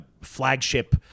flagship